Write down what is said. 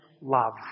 love